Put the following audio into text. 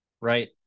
Right